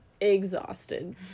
Exhausted